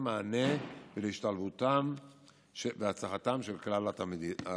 מענה להשתלבותם ולהצלחתם של כלל התלמידים.